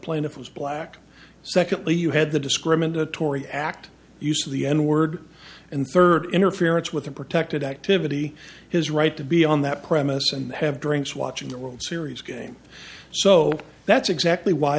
plaintiff was black secondly you had the discriminatory act use of the n word and third interference with a protected activity his right to be on that premise and have drinks watching the world series game so that's exactly why